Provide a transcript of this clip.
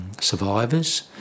survivors